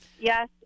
yes